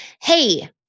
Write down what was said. Hey